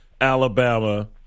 Alabama –